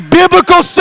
biblical